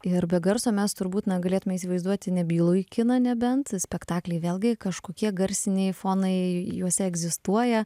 ir be garso mes turbūt na galėtume įsivaizduoti nebylųjį kiną nebent spektakly vėlgi kažkokie garsiniai fonai juose egzistuoja